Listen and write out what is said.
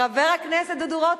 חבר הכנסת דודו רותם,